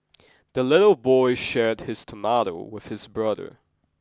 the little boy shared his tomato with his brother